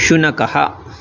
शुनकः